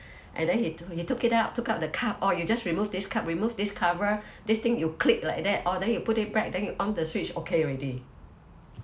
and then he took he took it out took out the cup orh you just remove this cup remove this cover this thing you click like that orh then you put it back then you on the switch okay already